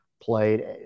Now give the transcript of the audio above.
played